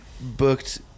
booked